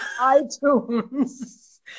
iTunes